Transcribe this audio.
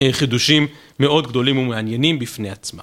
חידושים מאוד גדולים ומעניינים בפני עצמם.